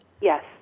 yes